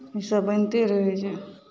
ईसभ बनिते रहै छै